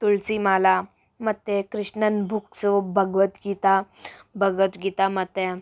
ತುಳಸಿ ಮಾಲೆ ಮತ್ತು ಕೃಷ್ಣನ ಬುಕ್ಸು ಭಗ್ವತ್ಗೀತಾ ಭಗವತ್ಗೀತ ಮತ್ತು